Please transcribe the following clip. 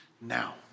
now